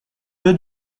peu